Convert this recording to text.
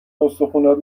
استخونات